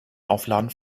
aufladen